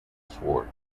sword